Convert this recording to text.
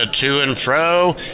To-and-Fro